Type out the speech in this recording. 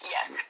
Yes